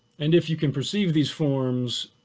and if you can perceive these forms